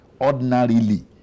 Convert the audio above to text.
ordinarily